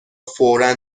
فورا